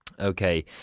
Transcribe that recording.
Okay